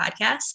Podcast